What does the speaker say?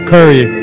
Curry